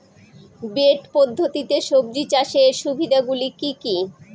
Bed পদ্ধতিতে সবজি চাষের সুবিধাগুলি কি কি?